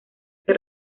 que